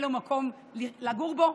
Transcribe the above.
אין לו מקום לגור בו,